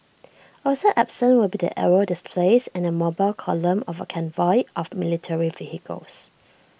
also absent will be the aerial displays and the mobile column of A convoy of military vehicles